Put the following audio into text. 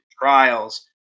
trials